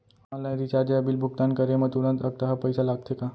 Online recharge या bill भुगतान करे मा तुरंत अक्तहा पइसा लागथे का?